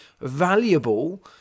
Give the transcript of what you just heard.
valuable